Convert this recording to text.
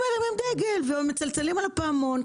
הם מרימים דגל ומצלצלים בפעמון,